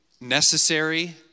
necessary